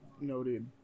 noted